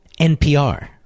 NPR